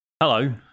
Hello